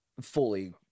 fully